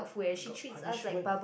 I got punishment